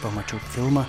pamačiau filmą